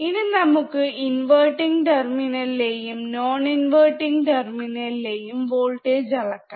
ഇനി നമുക്ക് ഇൻവെർട്ടിങ് ടെർമിനലിലെയും നോൺ ഇൻവെർട്ടിങ് ടെർമിനലിലെയും വോൾട്ടേജ് അളക്കാം